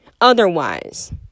otherwise